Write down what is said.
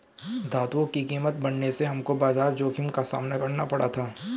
धातुओं की कीमत बढ़ने से हमको बाजार जोखिम का सामना करना पड़ा था